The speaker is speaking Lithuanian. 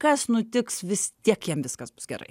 kas nutiks vis tiek jam viskas bus gerai